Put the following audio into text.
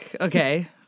okay